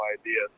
idea